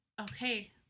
okay